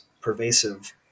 pervasive